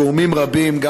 של גורמים רבים,